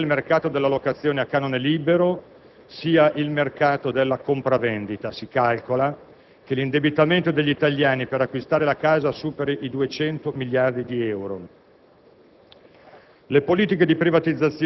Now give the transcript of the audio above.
ma troppo basso per sostenere sia il mercato della locazione a canone libero, sia il mercato della compravendita. Si calcola che l'indebitamento degli italiani per acquistare la casa superi i 200 miliardi di euro.